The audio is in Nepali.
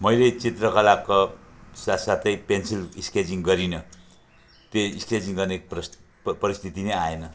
मैले चित्रकलाको साथ साथै पेनसिल स्केचिङ गरिनँ त्यही स्केचिङ गर्ने परस परिस्थिति नै आएन